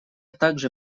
также